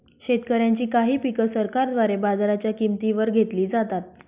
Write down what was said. शेतकऱ्यांची काही पिक सरकारद्वारे बाजाराच्या किंमती वर घेतली जातात